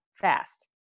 fast